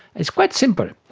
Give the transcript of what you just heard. it's quite simple.